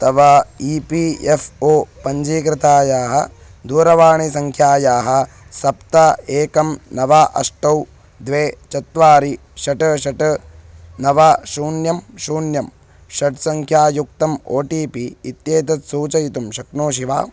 तव E P F O पञ्जीकृतायाः दूरवाणीसङ्ख्यायाः सप्त एकं नव अष्ट द्वे चत्वारि षट् षट् नव शून्यं शून्यं षट् सङ्ख्यायुक्तम् ओ टि पि इत्येतत् सूचयितुं शक्नोषि वा